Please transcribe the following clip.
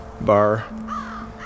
Bar